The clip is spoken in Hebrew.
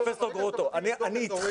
אני מודע